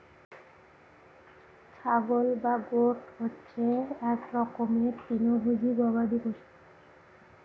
ছাগল বা গোট হচ্ছে এক রকমের তৃণভোজী গবাদি পশু